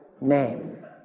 name